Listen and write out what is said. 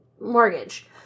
mortgage